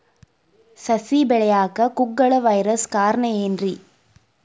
ಸಸಿ ಬೆಳೆಯಾಕ ಕುಗ್ಗಳ ವೈರಸ್ ಕಾರಣ ಏನ್ರಿ?